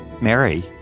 Mary